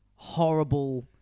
horrible